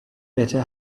better